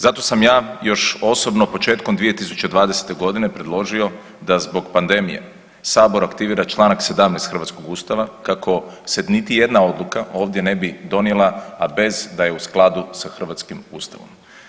Zato sam ja još osobno početkom 2020.g. predložio da zbog pandemije sabor aktivira čl. 17. hrvatskog ustava kako se niti jedna odluka ovdje ne bi donijela, a bez da je u skladu sa hrvatskim ustavom.